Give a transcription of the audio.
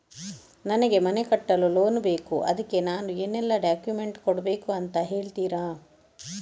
ನನಗೆ ಮನೆ ಕಟ್ಟಲು ಲೋನ್ ಬೇಕು ಅದ್ಕೆ ನಾನು ಏನೆಲ್ಲ ಡಾಕ್ಯುಮೆಂಟ್ ಕೊಡ್ಬೇಕು ಅಂತ ಹೇಳ್ತೀರಾ?